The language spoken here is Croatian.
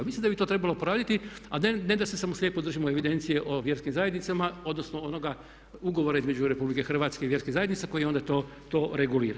Mislim da bi to trebalo poraditi a ne da se samo slijepo držimo evidencije o vjerskim zajednicama odnosno onoga ugovora između RH i vjerskih zajednica koji onda to regulira.